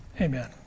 amen